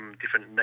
different